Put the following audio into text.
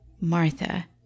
Martha